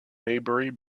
maybury